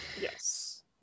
yes